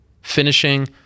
finishing